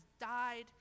died